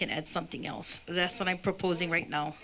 can add something else that's what i'm proposing right now